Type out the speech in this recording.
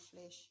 flesh